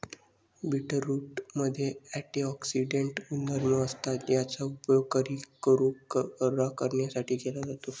बीटरूटमध्ये अँटिऑक्सिडेंट गुणधर्म असतात, याचा उपयोग कर्करोग बरा करण्यासाठी केला जातो